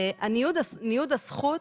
ניוד הזכות,